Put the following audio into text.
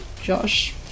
Josh